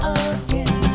again